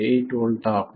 8 volt ஆகும்